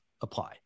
apply